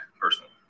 personal